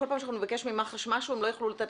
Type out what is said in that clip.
כל פעם שנבקש ממח"ש משהו הם לא יוכלו לתת